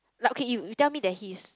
lah okay you you tell me that he's